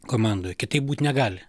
komandoj kitaip būt negali